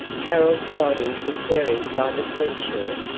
harold's body was buried by the sea-shore,